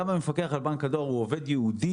גם המפקח על בנק הדואר הוא עובד ייעודי